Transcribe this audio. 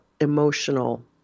emotional